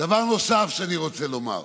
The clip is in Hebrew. דבר נוסף שאני רוצה לומר: